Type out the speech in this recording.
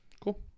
Cool